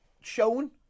shown